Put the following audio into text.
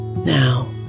Now